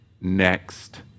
next